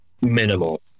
minimal